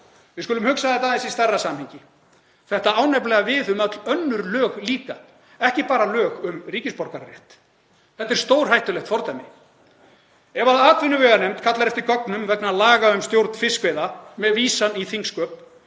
Við skulum hugsa þetta í aðeins stærra samhengi. Þetta á nefnilega við um öll önnur lög líka, ekki bara lög um ríkisborgararétt. Þetta er stórhættulegt fordæmi. Ef atvinnuveganefnd kallar eftir gögnum vegna laga um stjórn fiskveiða með vísan í þingsköp